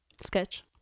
Sketch